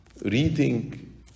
reading